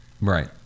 Right